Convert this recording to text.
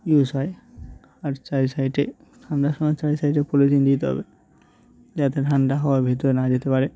use হয় আর চার সাইডে ঠান্ডার সময় চারি সাইডে পলিথিন দিতে হবে যাতে ঠান্ডা হওয়া ভেতরে না যেতে পারে